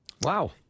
Wow